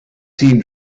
team